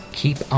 keep